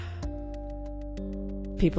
people